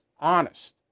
honest